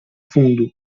fundo